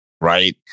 Right